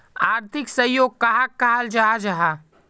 आर्थिक सहयोग कहाक कहाल जाहा जाहा?